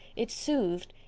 it soothed,